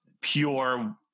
pure